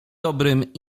dobrym